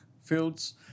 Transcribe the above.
fields